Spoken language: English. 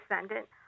descendant